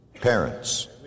parents